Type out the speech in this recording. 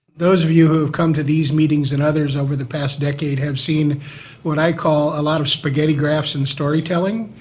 those of you who've come to these meetings and others over the past decade have seen what i call a lot of spaghetti graphs and storytelling,